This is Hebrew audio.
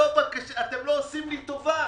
אתם לא עושים לי טובה.